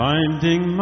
Finding